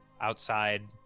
outside